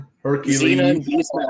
Hercules